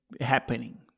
happening